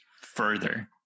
further